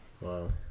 Wow